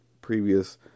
previous